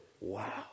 Wow